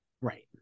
Right